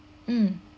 mm